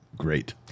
great